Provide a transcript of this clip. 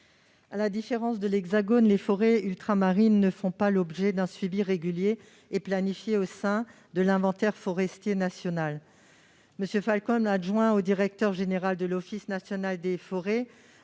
À la différence de l'Hexagone, les forêts ultramarines ne font pas l'objet d'un suivi régulier et planifié au sein de l'inventaire forestier national. M. Falcone, adjoint au directeur général de l'Office national des forêts,